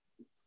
Okay